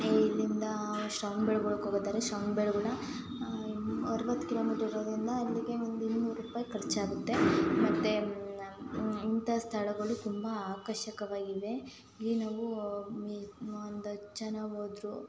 ಇಲ್ಲಿಂದ ಶ್ರವಣ ಬೆಳಗೊಳಕ್ಕೆ ಹೋಗೋದಾದ್ರೆ ಶ್ರವಣ ಬೆಳಗೊಳ ಅರವತ್ತು ಕಿಲೋಮೀಟರು ಇರೋದರಿಂದ ಅಲ್ಲಿಗೆ ಒಂದು ಇನ್ನೂರು ರೂಪಾಯಿ ಖರ್ಚಾಗುತ್ತೆ ಮತ್ತು ಇಂಥ ಸ್ಥಳಗಳು ತುಂಬ ಆಕರ್ಷಕವಾಗಿವೆ ಇಲ್ಲಿ ನಾವೂ ಒಂದು ಹತ್ತು ಜನ ಹೋದ್ರು